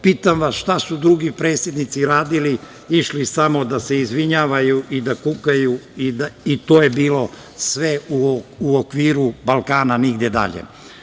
Pitam vas šta su drugi predsednici radili, išli samo da se izvinjavaju, i da kukaju i to je bilo sve u okviru Balkana, nigde dalje.